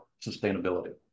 sustainability